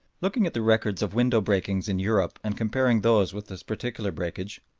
looking at the records of window-breakings in europe and comparing those with this particular breakage,